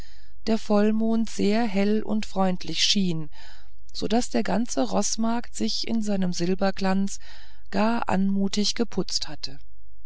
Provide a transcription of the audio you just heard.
der vollmond sehr hell und freundlich schien so daß der ganze roßmarkt sich in seinem silberglanz gar anmutig geputzt hatte